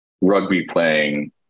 rugby-playing